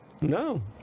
No